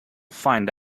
find